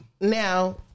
now